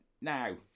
now